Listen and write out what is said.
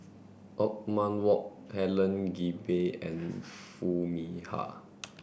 Othman Wok Helen Gilbey and Foo Mee Har